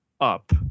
up